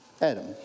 Adam